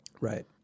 Right